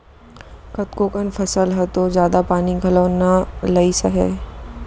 कतको कन फसल ह तो जादा पानी घलौ ल नइ सहय